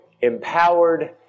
empowered